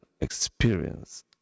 experience